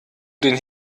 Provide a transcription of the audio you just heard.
den